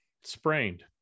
sprained